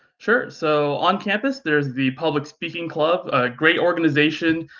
sure, so on campus, there's the public speaking club, a great organization,